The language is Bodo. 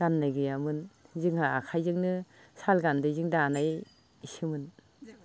गाननाय गैयामोन जोंहा आखाइजोंनो सालगान्दैजों दानायसोमोन